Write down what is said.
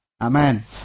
Amen